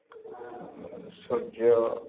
ସୂର୍ଯ୍ୟ